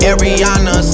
Ariana